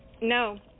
No